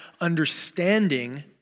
understanding